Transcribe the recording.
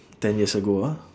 ten years ago ah